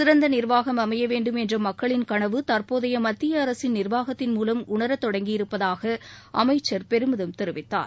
சிறந்த நிர்வாகம் அமைய வேண்டும் என்ற மக்களின் கனவு தற்போதைய மத்திய அரசின் நிர்வாகத்தின் மூவம் உணர தொடங்கியிருப்பதாக அமைச்சர் பெருமிதம் தெரிவித்தார்